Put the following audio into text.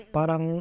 Parang